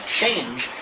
change